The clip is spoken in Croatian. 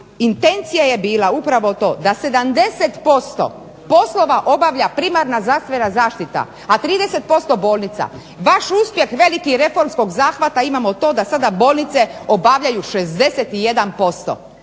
intencija je bila upravo to da 70% poslova obavlja primarna zdravstvena zaštita, a 30% bolnica. Vaš uspjeh velikog reformskog zahvata imamo to da sada bolnice obavljaju 61%.